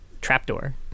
trapdoor